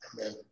Amen